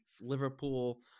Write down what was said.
Liverpool